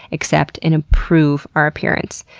accept, and improve our appearance.